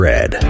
Red